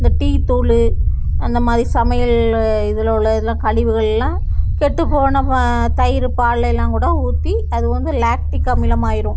இந்த டீத்தூள் அந்த மாதிரி சமையல் இதில் உள்ள இதெல்லாம் கழிவுகள்லாம் கெட்டுப்போன பா தயிர் பால் எல்லாம் கூட ஊற்றி அது வந்து லாக்டிக் அமிலம் ஆகிடும்